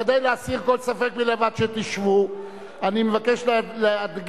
כדי להסיר כל ספק אני מבקש להדגיש,